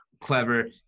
clever